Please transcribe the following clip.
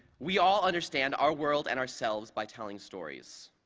we all understand our world and ourselves by telling stories.